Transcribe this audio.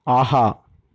ஆஹா